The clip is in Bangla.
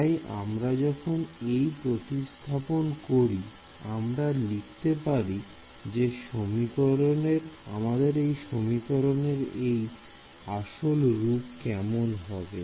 তাই আমরা যখন এই প্রতিস্থাপন করি আমরা লিখতে পারি যে আমাদের সমীকরণ এর আসল রূপ কেমন হবে